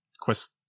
quest